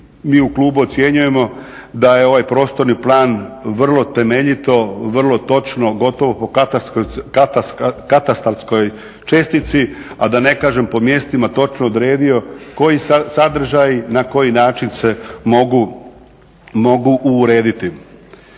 mi u klubu ocjenjujemo da je ovaj prostorni plan vrlo temeljito, vrlo točno gotovo po katastarskoj čestici, a da ne kažem po mjestima točno odredio koji sadržaj na koji način se mogu urediti.